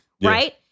Right